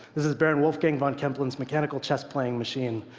this is baron wolfgang von kempelen's mechanical chess playing machine.